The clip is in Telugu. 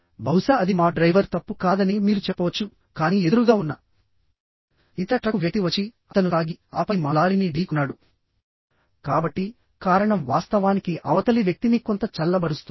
బహుశా అది మా డ్రైవర్ తప్పు కాదని మీరు చెప్పవచ్చు కానీ ఎదురుగా ఉన్న ఇతర ట్రక్కు వ్యక్తి వచ్చిఅతను తాగిఆపై మా లారీని ఢీకొన్నాడు కాబట్టికారణం వాస్తవానికి అవతలి వ్యక్తిని కొంత చల్లబరుస్తుంది